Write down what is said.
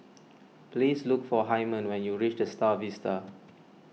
please look for Hymen when you reach the Star Vista